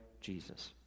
Jesus